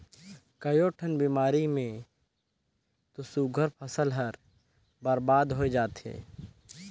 कयोठन बेमारी मे तो सुग्घर फसल हर बरबाद होय जाथे